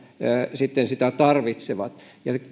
sitä tarvitsevat